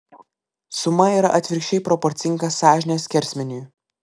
suma yra atvirkščiai proporcinga sąžinės skersmeniui